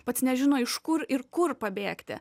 pats nežino iš kur ir kur pabėgti